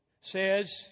says